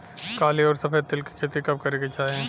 काली अउर सफेद तिल के खेती कब करे के चाही?